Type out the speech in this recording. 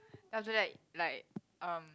then after that like um